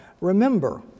Remember